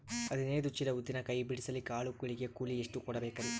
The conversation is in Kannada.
ಹದಿನೈದು ಚೀಲ ಉದ್ದಿನ ಕಾಯಿ ಬಿಡಸಲಿಕ ಆಳು ಗಳಿಗೆ ಕೂಲಿ ಎಷ್ಟು ಕೂಡಬೆಕರೀ?